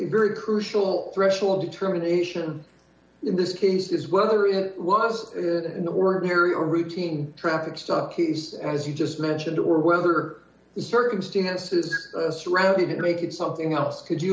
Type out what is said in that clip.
very crucial threshold determination in this case is whether it was in the ordinary a routine traffic stop case as you just mentioned or whether the circumstances surrounding it make it something else could you